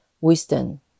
wisdom